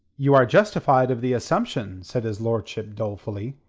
you are justified of the assumption, said his lordship dolefully.